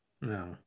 no